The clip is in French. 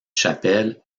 chapelle